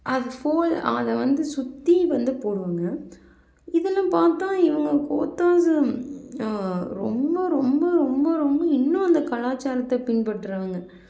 அதை போல் அதை வந்து சுற்றி வந்து போடுவாங்க இதெல்லாம் பார்த்தா இவங்க கோத்தாஸ் ரொம்ப ரொம்ப ரொம்ப ரொம்ப இன்னும் அந்த கலாச்சாரத்தை பின்பற்றுறவங்க